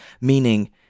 meaning